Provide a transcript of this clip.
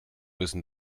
müssen